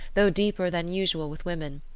though deeper than usual with women,